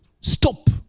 stop